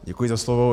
Děkuji za slovo.